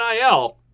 NIL